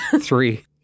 three